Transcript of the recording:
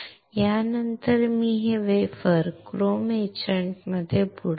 यानंतर मी हे वेफर क्रोम एचंटमध्ये बुडवतो